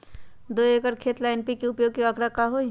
दो एकर खेत ला एन.पी.के उपयोग के का आंकड़ा होई?